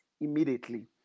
immediately